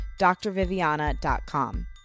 drviviana.com